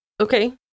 okay